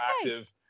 active